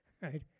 right